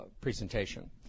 presentation